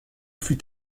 fut